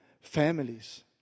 families